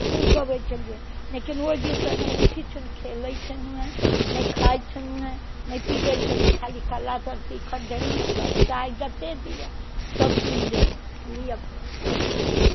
खूब गबैत छलियै लेकिन ओहि दिनसँ ने हम किछु ने खे लैत छलहुँ हेँ ने खाइत छलहुँ हेँ ने पीबैत छलहुँ हेँ खाली कल्ला तर शिखर देलहुँ चाय जतेक दिअ सभ पी लेलहुँ लिअ भऽ गेल